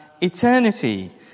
eternity